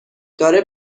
داره